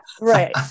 right